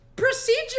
Procedure